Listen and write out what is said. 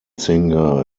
singer